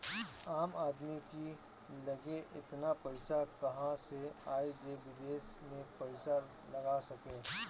आम आदमी की लगे एतना पईसा कहवा से आई जे विदेश में पईसा लगा सके